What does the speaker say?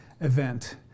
event